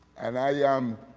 and, i am